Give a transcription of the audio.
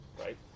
Right